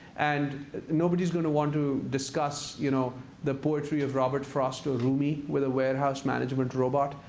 and nobody's going to want to discuss you know the poetry of robert frost or rumi with a warehouse management robot,